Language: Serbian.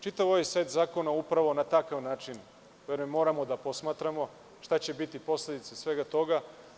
Čitav ovaj set zakona upravo na takav način moramo da posmatramo, šta će biti posledica svega toga.